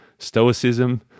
Stoicism